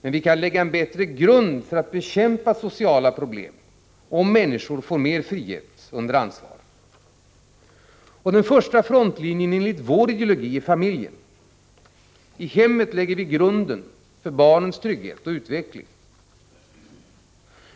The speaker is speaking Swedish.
Men vi kan lägga en bättre grund för att bekämpa sociala problem, om människor får mer frihet under ansvar. Den första frontlinjen är enligt vår ideologi familjen. I hemmet lägger vi grunden för barnens trygghet och utveckling.